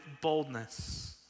boldness